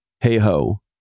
hey-ho